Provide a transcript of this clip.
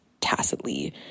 tacitly